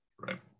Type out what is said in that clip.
right